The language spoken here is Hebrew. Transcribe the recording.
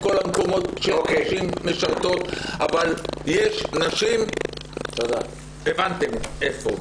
אבל יש נשים הבנתם איפה.